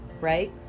right